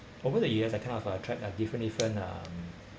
over the years I kind of uh tried uh different different um